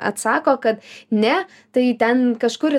atsako kad ne tai ten kažkur